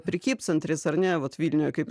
prekybcentris ar ne vat vilniuje kaip